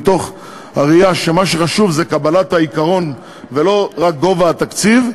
מתוך הראייה שמה שחשוב זה קבלת העיקרון ולא רק גובה התקציב,